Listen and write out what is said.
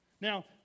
Now